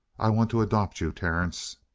i want to adopt you, terence!